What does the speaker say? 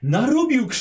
Narobił